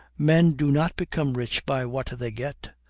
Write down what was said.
men do not become rich by what they get,